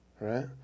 right